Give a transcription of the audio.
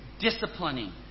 disciplining